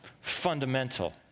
fundamental